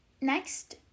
Next